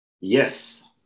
Yes